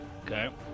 Okay